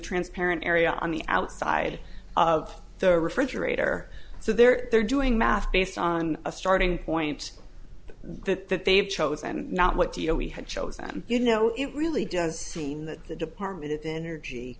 transparent area on the outside of the refrigerator so they're doing math based on a starting point that that they've chosen not what do you know we had chosen you know it really does seem that the department of energy